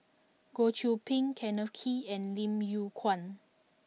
Goh Qiu Bin Kenneth Kee and Lim Yew Kuan